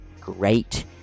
great